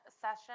session